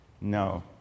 No